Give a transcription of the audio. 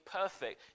perfect